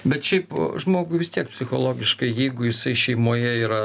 bet šiaip žmogui vis tiek psichologiškai jeigu jisai šeimoje yra